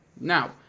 now